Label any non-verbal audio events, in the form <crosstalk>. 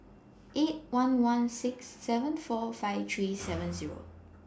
eight one one six seven four five three <noise> seven Zero